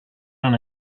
run